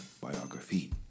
biography